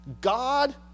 God